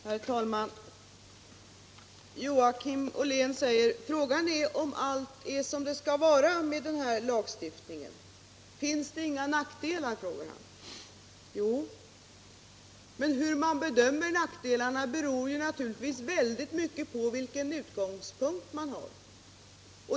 Herr talman! Joakim Ollén säger: Frågan är om allt är som det skall vara med den här lagstiftningen. Finns det inga nackdelar? Jo, men hur man bedömer nackdelarna beror naturligtvis mycket på vilken utgångspunkt man har.